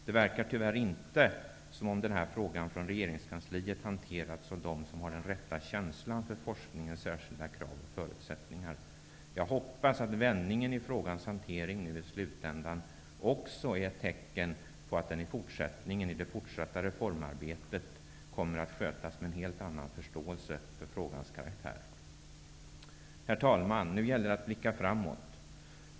Det verkar tyvärr inte som om den här frågan på regeringskansliet hanterats av dem som har den rätta känslan för forskningens särskilda krav och förutsättningar. Jag hoppas att vändningen i frågans hantering nu i slutändan också är ett tecken på att den i fortsättningen, i det fortsatta reformarbetet, kommer att skötas med en helt annan förståelse för frågans karaktär. Herr talman! Nu gäller det att blicka framåt.